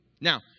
Now